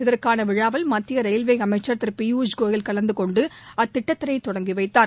இதற்கான விழாவில் மத்திய ரயில்வே அமைச்சர் திரு பியூஷ் கோயல் கலந்து கொண்டு அத்திட்டத்தினை தொடங்கி வைத்தார்